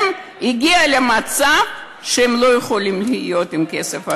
הגיע למצב שהם לא יכולים לחיות בכסף הזה,